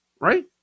right